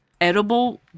edible